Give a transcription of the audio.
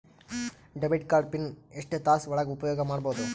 Debit card pin ಎಷ್ಟ ತಾಸ ಒಳಗ ಉಪಯೋಗ ಮಾಡ್ಬಹುದು?